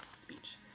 speech